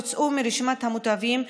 הוצאו מרשימת המוטבים.